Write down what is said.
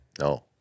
no